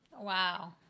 Wow